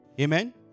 Amen